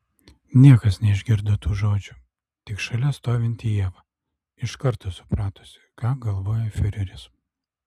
niekas neišgirdo tų žodžių tik šalia stovinti ieva iš karto supratusi ką galvoja fiureris